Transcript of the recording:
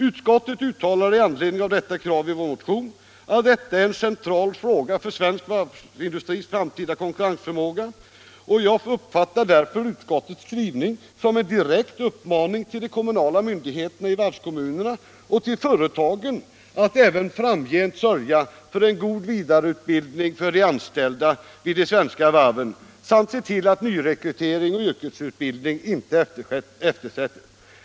Utskottet uttalar med anledning av detta krav i vår motion att detta är en central fråga för svensk varvsindustris framtida konkurrensförmåga, och jag uppfattar därför utskottets skrivning som en direkt uppmaning till de kommunala myndigheterna i varvskommunerna och till företagen att även framgent sörja för en vidareutbildning för de anställda vid de svenska varven samt att se till att nyrekrytering och yrkesutbildning inte eftersättes.